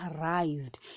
arrived